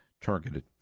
targeted